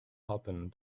open